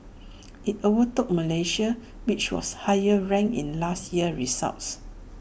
IT overtook Malaysia which was higher ranked in last year's results